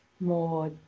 more